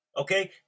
okay